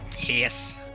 yes